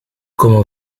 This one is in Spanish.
como